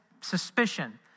suspicion